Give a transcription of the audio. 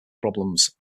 problems